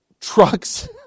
trucks